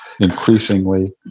increasingly